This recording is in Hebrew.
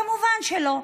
כמובן שלא.